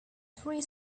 three